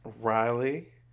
Riley